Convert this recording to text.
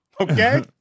Okay